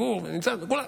גור נמצא, תודה רבה.